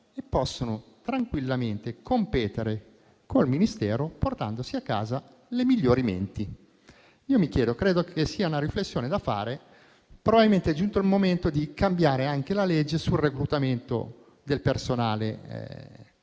che possono tranquillamente competere con il Ministero, portandosi a casa le migliori menti? Credo che questa sia una riflessione da fare. Probabilmente è giunto il momento di cambiare anche la legge sul reclutamento del personale militare